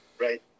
Right